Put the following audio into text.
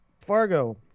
Fargo